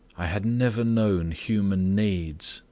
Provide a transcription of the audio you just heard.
i had never known human needs,